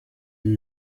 muri